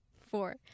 Four